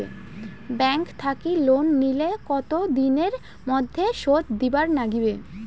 Bank থাকি loan নিলে কতো দিনের মধ্যে শোধ দিবার নাগিবে?